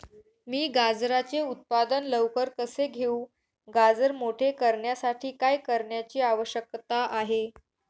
मी गाजराचे उत्पादन लवकर कसे घेऊ? गाजर मोठे करण्यासाठी काय करण्याची आवश्यकता आहे?